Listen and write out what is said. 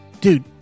dude